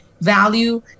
value